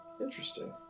Interesting